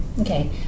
okay